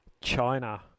China